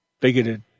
bigoted